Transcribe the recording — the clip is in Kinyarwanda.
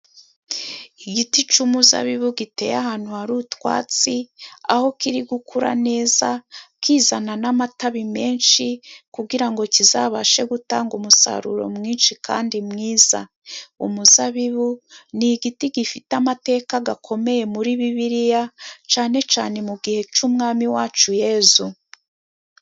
Igiti cy'umuzabibu giteye ahantu hari utwatsi aho kiri gukura neza kizana n'amatabi menshi, kugira ngo kizabashe gutanga umusaruro mwinshi kandi mwiza, umuzabibu ni igiti gifite amateka akomeye muri bibiliya cyane cyane mu gihe cy'umwami wacu Yezu.